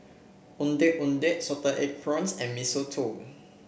Ondeh Ondeh Salted Egg Prawns and Mee Soto